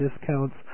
discounts